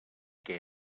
què